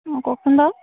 অঁ কওকচোন বাৰু